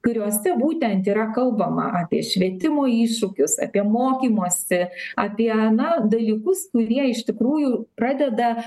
kuriose būtent yra kalbama apie švietimo iššūkius apie mokymosi apie na dalykus kurie iš tikrųjų pradeda